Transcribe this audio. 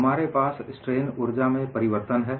हमारे पास स्ट्रेन ऊर्जा में परिवर्तन है